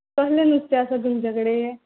कसले नुस्तें आसा तुमचे कडेन